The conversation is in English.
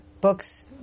books